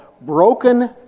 broken